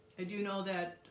and you know that